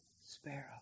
sparrow